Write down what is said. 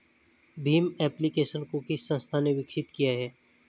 Bhim application को किस संस्था ने विकसित किया है?